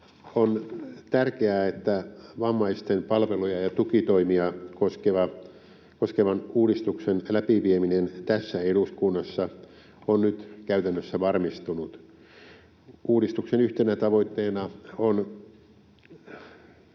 On tärkeää, että vammaisten palveluja ja tukitoimia koskevan uudistuksen läpivieminen tässä eduskunnassa on nyt käytännössä varmistunut. Uudistuksen yhtenä tavoitteena on